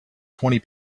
twenty